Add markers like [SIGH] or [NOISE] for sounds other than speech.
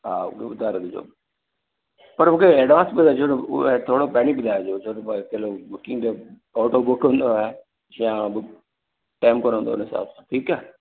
हा ॿियो ॿुधायो ॿियो उधारो ॾिजो पर मूंखे ऐडवांस में ॾिजो थोरो पहिरीं ॿुधाइजो [UNINTELLIGIBLE] टेम कोन हूंदो उन हिसाबु सां ठीकु आहे